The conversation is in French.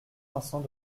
vincent